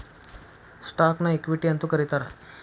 ಸ್ಟಾಕ್ನ ಇಕ್ವಿಟಿ ಅಂತೂ ಕರೇತಾರ